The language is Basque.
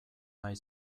nahi